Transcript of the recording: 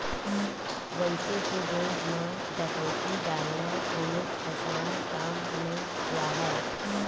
वइसे तो बेंक म डकैती डालना कोनो असान काम नइ राहय